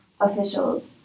officials